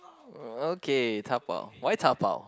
okay dabao why dabao